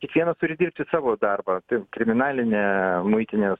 kiekvienas turi dirbti savo darbą tai kriminalinė muitinės